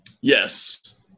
Yes